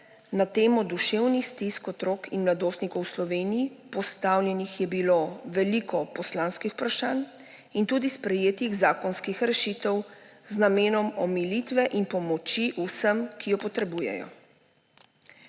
na temo duševnih stisk otrok in mladostnikov v Sloveniji. Postavljenih je bilo veliko poslanskih vprašanj in tudi sprejetih zakonskih rešitev z namenom omilitve in pomoči vsem, ki jo potrebujejo.